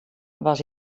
was